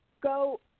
go